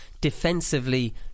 defensively